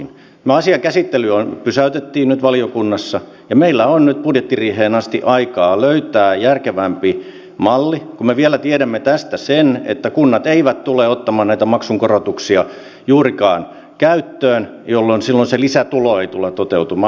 tämän asian käsittely pysäytettiin nyt valiokunnassa ja meillä on nyt budjettiriiheen asti aikaa löytää järkevämpi malli kun me vielä tiedämme tästä sen että kunnat eivät juurikaan tule ottamaan näitä maksukorotuksia käyttöön jolloin se lisätulo ei tule toteutumaan